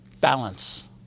balance